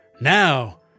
Now